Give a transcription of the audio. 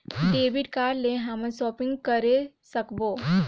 Debit card ले हमन shopping करे सकबो?